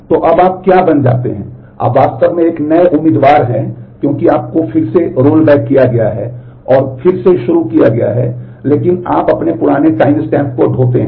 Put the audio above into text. तो अब आप क्या बन जाते हैं आप वास्तव में एक नए उम्मीदवार हैं क्योंकि आपको फिर से रोलबैक किया गया है और फिर से शुरू किया गया है लेकिन आप अपने पुराने टाइमस्टैम्प को ढोते हैं